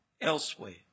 elsewhere